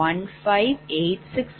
1586 4120